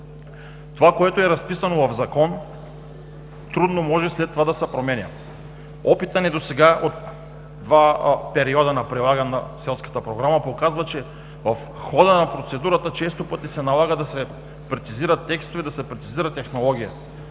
Това, което е разписано в закон, трудно може след това да се променя. Опитът ни досега от два периода на прилагане на Селската програма показва, че в хода на процедурата често пъти се налага да се прецизират текстове, да се прецизира технология.